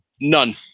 None